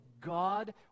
God